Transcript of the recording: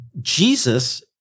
Jesus